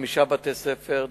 חמישה בתי-ספר,